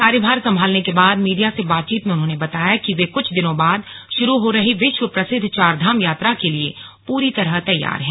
कार्यभार संभालने के बाद मीडिया से बातचीत में उन्होंने बताया कि वे कुछ दिनों बाद शुरू हो रही विश्व प्रसिद्व चारधाम यात्रा के लिए पूरी तरह तैयार हैं